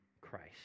Christ